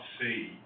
see